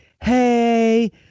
hey